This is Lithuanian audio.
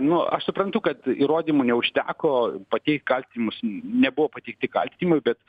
nu aš suprantu kad įrodymų neužteko pateikt kaltinimus nebuvo pateikti kaltinimai bet